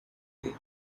made